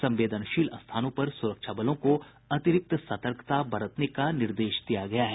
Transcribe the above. संवेदनशील स्थानों पर सुरक्षाबलों को अतिरिक्त सतर्कता बरतने का निर्देश दिया गया है